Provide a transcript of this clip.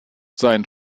sein